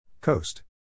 Coast